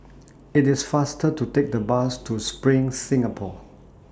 IT IS faster to Take The Bus to SPRING Singapore